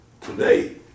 today